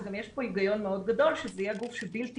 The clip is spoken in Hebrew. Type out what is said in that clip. גם יש פה היגיון מאוד גדול שזה יהיה גוף שהוא בלתי